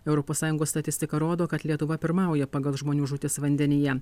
europos sąjungos statistika rodo kad lietuva pirmauja pagal žmonių žūtis vandenyje